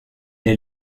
est